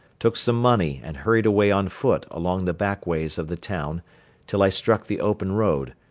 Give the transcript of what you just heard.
took some money and hurried away on foot along the back ways of the town till i struck the open road,